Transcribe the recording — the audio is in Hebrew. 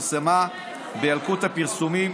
שפורסמה בילקוט הפרסומים